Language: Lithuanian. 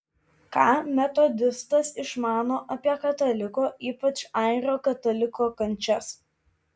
ką metodistas išmano apie kataliko ypač airio kataliko kančias